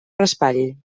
raspall